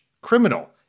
criminal –